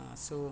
ah so